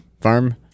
farm